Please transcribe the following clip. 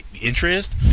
interest